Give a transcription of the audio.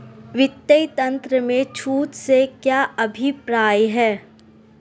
वित्तीय तंत्र में छूट से क्या अभिप्राय है?